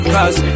Cause